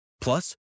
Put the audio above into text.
Plus